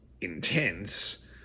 intense